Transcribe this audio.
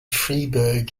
freiburg